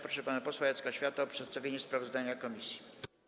Proszę pana posła Jacka Świata o przedstawienie sprawozdania komisji.